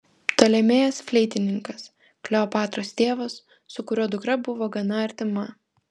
ptolemėjas fleitininkas kleopatros tėvas su kuriuo dukra buvo gana artima